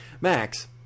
Max